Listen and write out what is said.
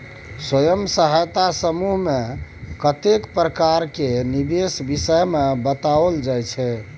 स्वयं सहायता समूह मे कतेको प्रकार केर निबेश विषय मे बताओल जाइ छै